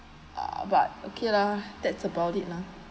but okay lah that's about it lah